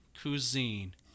Cuisine